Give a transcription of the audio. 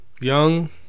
Young